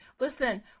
listen